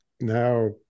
now